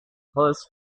hosts